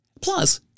Plus